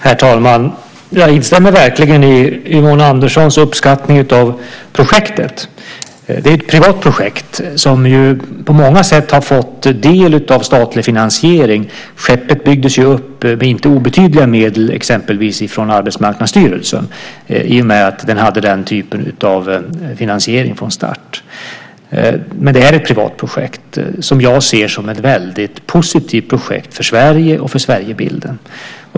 Herr talman! Jag instämmer verkligen i Yvonne Anderssons uppskattning av projektet. Det är ett privat projekt som på många sätt har fått del av statlig finansiering. Skeppet byggdes ju upp med hjälp av inte obetydliga medel, exempelvis från Arbetsmarknadsstyrelsen, i och med att det hade den typen av finansiering från start. Men det är ett privat projekt som jag ser som ett väldigt positivt projekt för Sverige och för Sverigebilden.